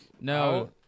No